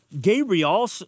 Gabriel